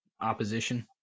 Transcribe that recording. opposition